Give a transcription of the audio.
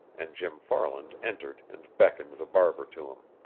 and jim farland entered and beckoned the barber to him.